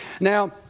Now